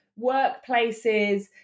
workplaces